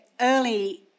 early